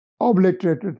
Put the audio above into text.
obliterated